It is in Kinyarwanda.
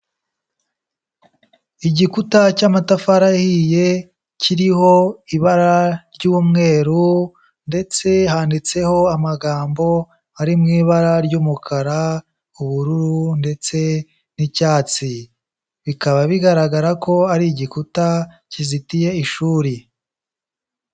Igikuta cy'amatafari ahiye kiriho ibara ry'umweru ndetse handitseho amagambo ari mu ibara ry'umukara, ubururu ndetse n'icyatsi, bikaba bigaragara ko ari igikuta kizitiye ishuri.